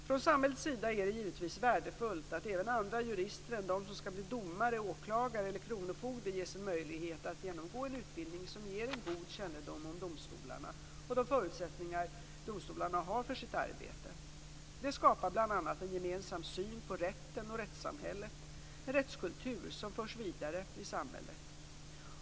Från samhällets sida är det givetvis värdefullt att även andra jurister än de som skall bli domare, åklagare eller kronofogde ges en möjlighet att genomgå en utbildning som ger en god kännedom om domstolarna och de förutsättningar som domstolarna har för sitt arbete. Det skapar bl.a. en gemensam syn på rätten och rättssamhället, en "rättskultur" som förs vidare i samhället.